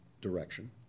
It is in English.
direction